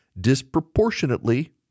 disproportionately